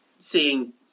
seeing